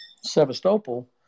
Sevastopol